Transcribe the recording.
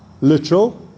literal